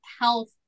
health